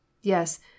Yes